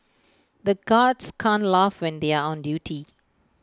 the guards can't laugh when they are on duty